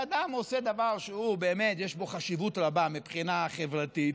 שאדם שעושה דבר שבאמת יש בו חשיבות רבה מבחינה חברתית: